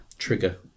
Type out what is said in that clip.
Trigger